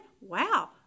Wow